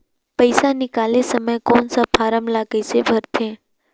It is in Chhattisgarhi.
पइसा निकाले समय कौन सा फारम ला कइसे भरते?